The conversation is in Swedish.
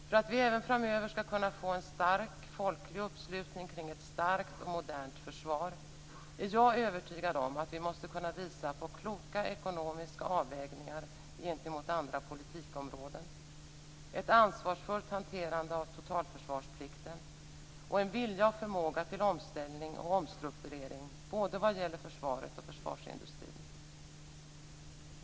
För att vi även framöver skall kunna få en stark folklig uppslutning kring ett starkt och modernt försvar är jag övertygad om att vi måste kunna visa på kloka ekonomiska avvägningar gentemot andra politikområden, ett ansvarsfullt hanterande av totalförsvarsplikten och en vilja och förmåga till omställning och omstrukturering både vad gäller försvaret och försvarsindustrin.